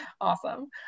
Awesome